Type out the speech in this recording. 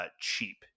cheap